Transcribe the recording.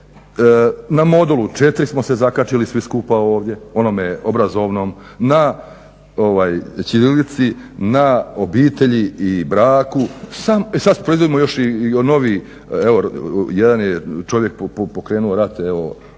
na modulu 4 smo se zakačili svi skupa ovdje, onome obrazovnom, na ćirilici, na obitelji i braku, sad proizvodimo još i novi, evo jedan je čovjek pokrenuo rat